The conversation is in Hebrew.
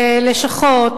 ללשכות,